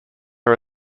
are